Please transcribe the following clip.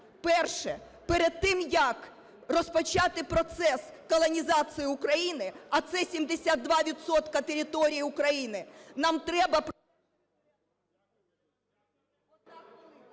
Перше, перед тим як розпочати процес колонізації України, а це 72 відсотки території України, нам треба…